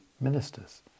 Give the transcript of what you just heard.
ministers